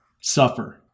suffer